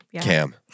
Cam